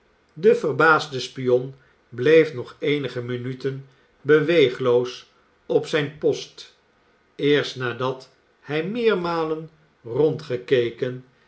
de verbaasde spion bleef nog eenige minuten beweegloos op zijn post eerst nadat hij meermalen